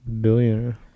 billionaire